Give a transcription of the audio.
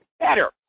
better